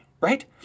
right